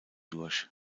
durch